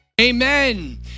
Amen